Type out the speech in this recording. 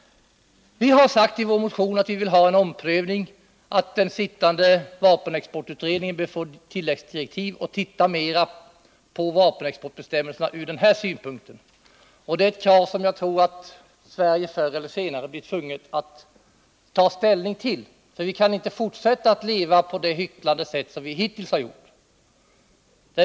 Vi har sagt i vår motion att vi vill ha en omprövning, att den sittande vapenexportutredningen bör få tilläggsdirektiv för att se på vapenexportbestämmelserna mera ur den här synpunkten. Det är ett krav som jag tror att vi i Sverige förr eller senare blir tvungna att ta ställning till. Vi kan inte fortsätta att leva på det hycklande sätt som vi hittills gjort.